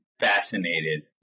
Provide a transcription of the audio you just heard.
fascinated